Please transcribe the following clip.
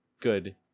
Good